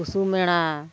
ᱴᱩᱥᱩ ᱢᱮᱞᱟ